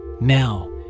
Now